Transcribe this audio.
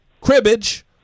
cribbage